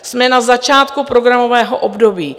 Jsme na začátku programového období.